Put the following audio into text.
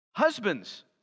Husbands